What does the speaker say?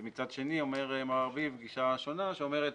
מצד שני, אומר מר ארביב גישה שונה שאומרת